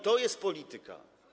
To jest polityka.